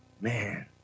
man